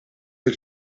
del